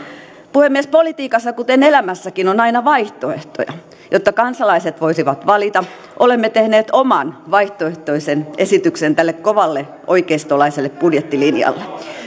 puhemies politiikassa kuten elämässäkin on aina vaihtoehtoja jotta kansalaiset voisivat valita olemme tehneet oman vaihtoehtoisen esityksen tälle kovalle oikeistolaiselle budjettilinjalle